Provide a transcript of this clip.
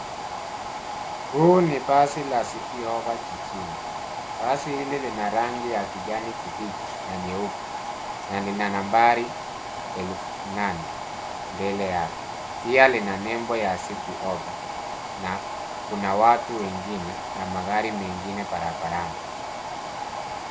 Huu ni basi la citi hoppa jijini. Basi hili lina rangi ya kijani kibichi na nyeupe na lina nambari elfu nane mbele yake. Pia lina nembo ya citi hoppa na kuna watu wengine na magari mengine barabarani.